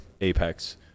apex